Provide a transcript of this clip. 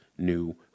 new